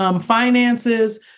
finances